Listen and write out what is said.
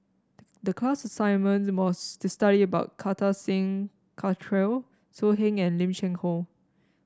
the class assignment was to study about Kartar Singh Thakral So Heng and Lim Cheng Hoe